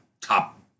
top